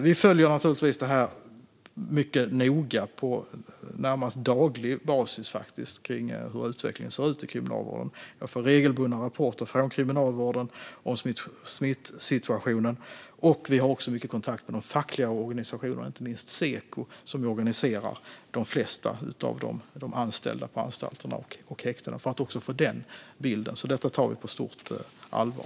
Vi följer naturligtvis mycket noga, på närmast daglig basis, hur utvecklingen ser ut i kriminalvården. Jag får regelbundna rapporter från kriminalvården om smittsituationen. Vi har också mycket kontakt med de fackliga organisationerna, inte minst Seko som organiserar de flesta av de anställda på anstalterna och häktena, för att också få denna bild. Detta tar vi alltså på stort allvar.